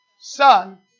son